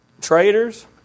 traitors